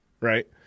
right